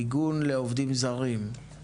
מיגון של עובדים זרים,